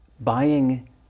buying